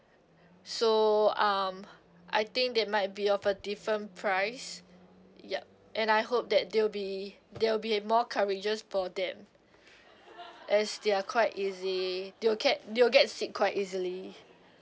so um I think they might be of a different price yup and I hope that they'll be they'll be at more coverages for them as they are quite easy they will get they will get sick quite easily